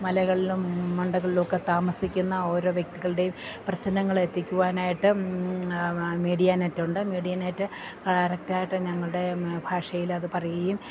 മലകളിലും മണ്ഡകളിലും ഒക്കെ താമസിക്കുന്ന ഓരോ വ്യക്തികളുടെയും പ്രശ്നങ്ങൾ എത്തിക്കുവാനായിട്ട് മീഡിയ നെറ്റൊണ്ട് മീഡിയ നെറ്റ് കറക്ടായിട്ട് ഞങ്ങളുടെ ഭാഷയിൽ അത് പറയും